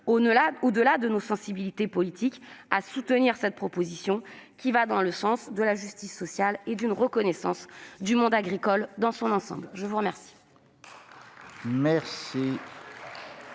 au-delà des sensibilités politiques, à soutenir cette proposition de loi qui va dans le sens de la justice sociale et d'une reconnaissance du monde agricole dans son ensemble. La parole